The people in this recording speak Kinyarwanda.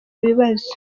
bibazo